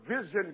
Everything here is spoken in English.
vision